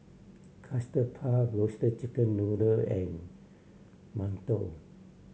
Custard Puff Roasted Chicken Noodle and mantou